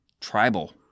tribal